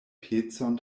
pecon